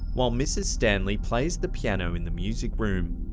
while mrs. stanley plays the piano in the music room.